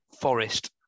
Forest